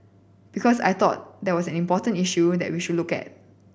because I thought that was an important issue that we should look at